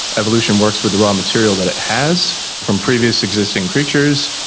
evolution works with the raw material that it has from previous existing creatures,